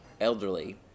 elderly